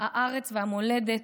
הארץ והמולדת.